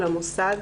על המוסד.